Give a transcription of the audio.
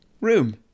room